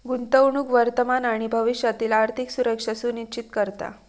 गुंतवणूक वर्तमान आणि भविष्यातील आर्थिक सुरक्षा सुनिश्चित करता